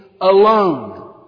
alone